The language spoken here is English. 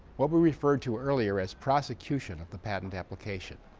what we referred to earlier as prosecution of the patent application.